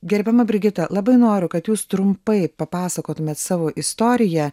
gerbiama brigita labai noriu kad jūs trumpai papasakotumėt savo istoriją